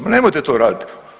Ma nemojte to raditi.